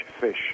fish